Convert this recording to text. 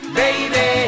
baby